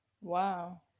Wow